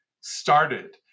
started